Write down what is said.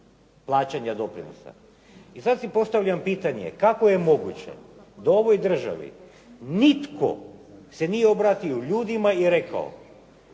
plaćanja doprinosa. I sad si postavljam pitanje kako je moguće da u ovoj državi nitko se nije obratio ljudima i rekao